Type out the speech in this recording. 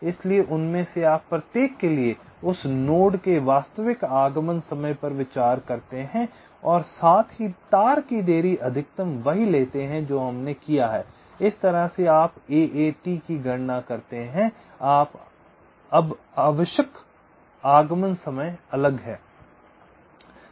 इसलिए उनमें से आप प्रत्येक के लिए उस नोड के वास्तविक आगमन समय पर विचार करते हैं और साथ ही तार की देरी अधिकतम वही लेते हैं जो हमने किया है इस तरह से आप AAT की गणना करते हैं अब आवश्यक आगमन समय अलग है